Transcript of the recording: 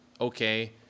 okay